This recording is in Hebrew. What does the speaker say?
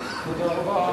תודה רבה.